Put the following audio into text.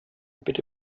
bitte